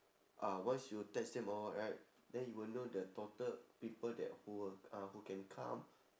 ah once you text them all right then you will know the total people that who will uh who can come